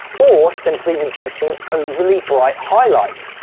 or simply reducing overly bright highlights,